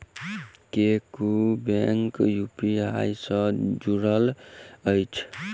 केँ कुन bank UPI सँ जुड़ल अछि?